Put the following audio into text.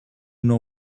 know